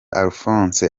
alphonse